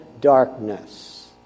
darkness